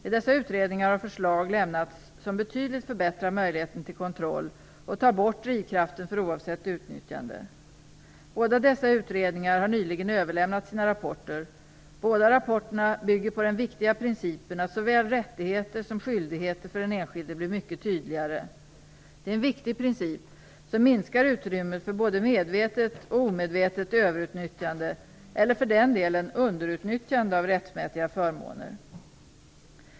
I dessa utredningar har förslag lämnats som betydligt förbättrar möjligheten till kontroll och tar bort drivkraften för icke avsett utnyttjande. Båda dessa utredningar har nyligen överlämnat sina rapporter. Båda rapporterna bygger på den viktiga principen att såväl rättigheter som skyldigheter för den enskilde blir mycket tydligare. Det är en viktig princip, som minskar utrymmet för både medvetet och omedvetet överutnyttjande - eller för den delen underutnyttjande av rättmätiga förmåner.